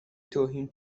توهین